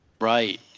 Right